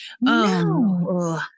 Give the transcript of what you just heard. no